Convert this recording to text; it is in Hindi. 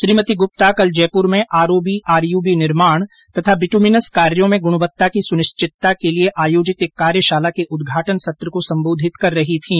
श्रीमती गुप्ता कल जयपुर में आरओबी आरयूबी निर्माण तथा बिट्मिनस कार्यो में गुणवत्ता की सुनिश्चिता के लिए आयोजित एक कार्यशाला के उदघाटन सत्र को सम्बोधित कर रही थीं